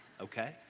okay